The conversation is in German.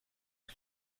das